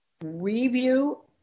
review